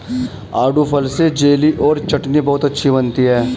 आड़ू फल से जेली और चटनी बहुत अच्छी बनती है